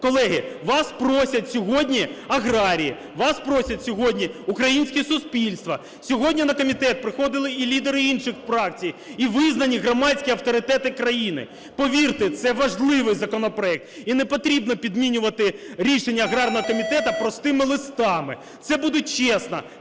Колеги, вас просять сьогодні аграрії, вас просить сьогодні українське суспільство. Сьогодні на комітет приходили і лідери інших фракцій, і визнані громадські авторитети країни. Повірте, це важливий законопроект. І не потрібно підмінювати рішення аграрного комітету простими листами. Це буде чесно